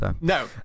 No